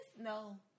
No